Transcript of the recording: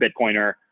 Bitcoiner